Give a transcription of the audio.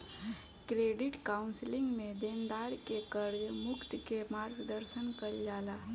credit counselling में देनदार के कर्ज मुक्त के मार्गदर्शन कईल जाला